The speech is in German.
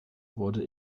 wurde